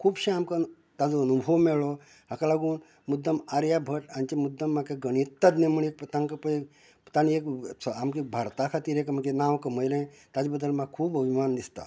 तातूंतल्यान खुबशें आमकां ताजो अनुभव मेळ्ळो हाका लागून मुद्दाम आर्याभट हांचे मुद्दम म्हाका गणीततज्ञ म्हूण एक तांकां पळय तांणी एक आमकां भारता खातीर एक नांव कमयलें ताजे बद्दल म्हाका खूब अभिमान दिसता